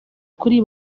kuri